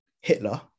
Hitler